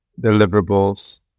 deliverables